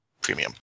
Premium